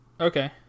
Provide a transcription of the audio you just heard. Okay